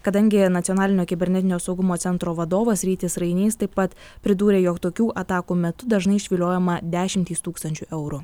kadangi nacionalinio kibernetinio saugumo centro vadovas rytis rainys taip pat pridūrė jog tokių atakų metu dažnai išviliojama dešimtys tūkstančių eurų